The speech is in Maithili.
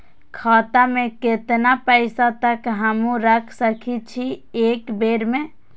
खाता में केतना पैसा तक हमू रख सकी छी एक बेर में?